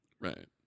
Right